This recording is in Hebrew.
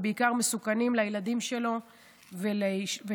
ובעיקר מסוכנים לילדים שלהם ולנשותיהם,